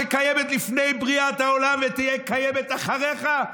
שקיימת לפני בריאת העולם ותהיה קיימת אחריך?